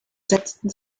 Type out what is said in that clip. setzten